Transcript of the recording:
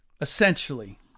essentially